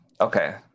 Okay